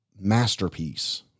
masterpiece